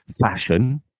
fashion